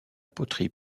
poterie